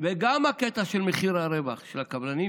וגם הקטע של מחיר הרווח של הקבלנים,